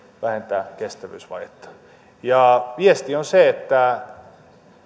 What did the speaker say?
vähentää kestävyysvajetta viesti on se että